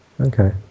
Okay